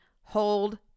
hold